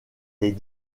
les